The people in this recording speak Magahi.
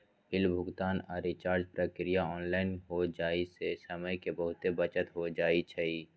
बिल भुगतान आऽ रिचार्ज प्रक्रिया ऑनलाइन हो जाय से समय के बहुते बचत हो जाइ छइ